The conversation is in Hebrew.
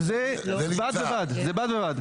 זה בד בבד.